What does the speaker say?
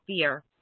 fear